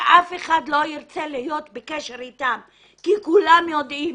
שאף אחד לא ירצה להיות בקשר אתן כי כולם יודעים